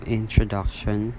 introduction